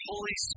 Holy